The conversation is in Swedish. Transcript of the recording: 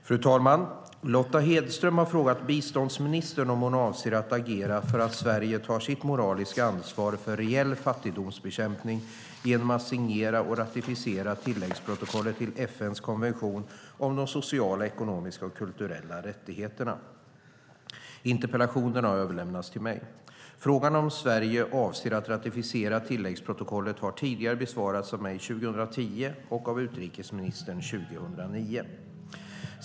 Fru talman! Lotta Hedström har frågat biståndsministern om hon avser att agera för att Sverige ska ta sitt moraliska ansvar för reell fattigdomsbekämpning genom att signera och ratificera tilläggsprotokollet till FN:s konvention om de sociala, ekonomiska och kulturella rättigheterna, ICESCR/ESK. Interpellationen har överlämnats till mig. Frågan om Sverige avser att ratificera tilläggsprotokollet har tidigare besvarats av mig, 2010, och av utrikesministern 2009.